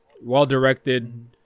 well-directed